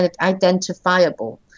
identifiable